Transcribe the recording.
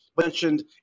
mentioned